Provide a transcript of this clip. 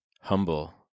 humble